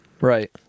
Right